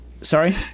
sorry